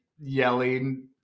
yelling